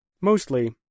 Mostly